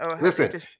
Listen